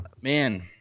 Man